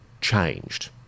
changed